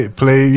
play